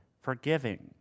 forgiving